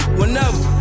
whenever